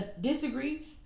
disagree